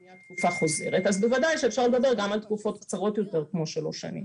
פנייה חוזרת אז בוודאי שאפשר לדבר על תקופות קצרות יותר כמו שלוש שנים.